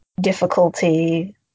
difficulty